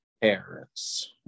parents